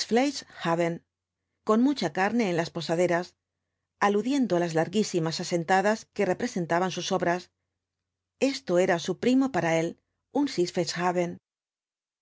de conjunto los llamaba sitzfleisch haben con mucha carne en las posaderas aludiendo á las larguísimas asentadas que representaban sus obras esto era su primo para él un sitzfleisch haben